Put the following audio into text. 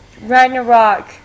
Ragnarok